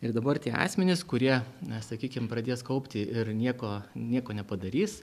ir dabar tie asmenys kurie na sakykim pradės kaupti ir nieko nieko nepadarys